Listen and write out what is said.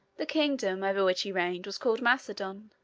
the kingdom over which he reigned was called macedon.